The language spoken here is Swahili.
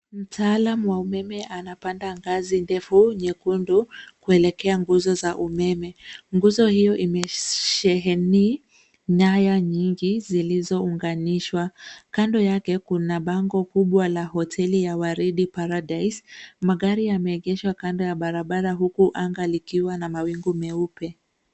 Mtaalamu wa umeme anapanda ngazi ndefu nyekundu kuelekea nguzo za umeme. Nguzo hiyo imesheheni nyaya nyingi zilizounganishwa. Kando yake kuna bango kubwa la hoteli ya waridi paradise . Magari yameegeshwa kando ya barabara huku anga likiwa na mawingu meupe.